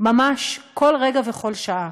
ממש בכל רגע ובכל שעה.